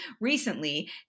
Recently